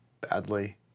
badly